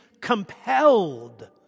compelled